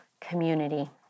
community